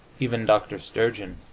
even dr. sturgeon,